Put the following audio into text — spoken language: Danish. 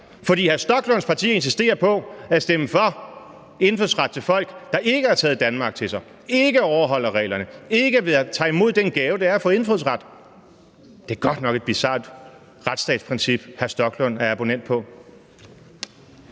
fordi hr. Stoklunds parti insisterer på at stemme for indfødsret til folk, der ikke har taget Danmark til sig, ikke overholder reglerne, ikke tager imod den gave, det er at få indfødsret. Det er godt nok et bizart retsstatsprincip, hr. Stoklund abonnerer på.